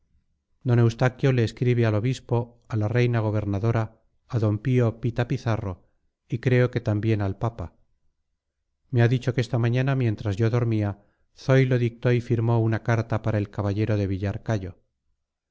d eustaquio le escribe al obispo a la reina gobernadora a d pío pita pizarro y creo que también al papa me ha dicho que esta mañana mientras yo dormía zoilo dictó y firmó una carta para el caballero de villarcayo